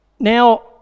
Now